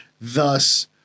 thus